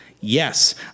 Yes